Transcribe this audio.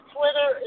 Twitter